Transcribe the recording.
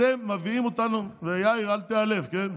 אתם מביאים אותנו, ויאיר, אל תיעלב, כן?